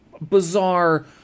bizarre